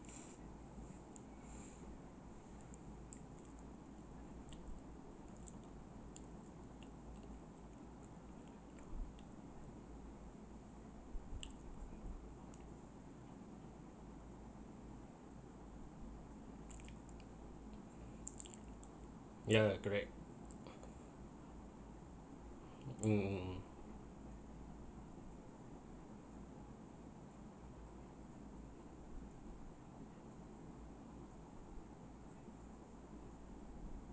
yeah correct mm mm mm